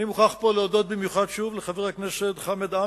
אני מוכרח פה שוב להודות במיוחד לחבר הכנסת חמד עמאר,